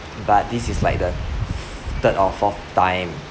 but this is like the third or fourth time